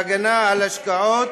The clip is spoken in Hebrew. והגנה על השקעות,